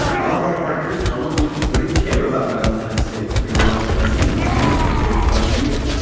a lot of our partners probably wouldn't care about valentine's day if we were more present and communicative throughout the year.